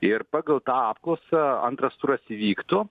ir pagal tą apklausą antras turas įvyktų